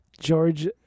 George